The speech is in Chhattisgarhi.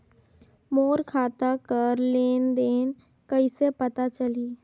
मोर खाता कर लेन देन कइसे पता चलही?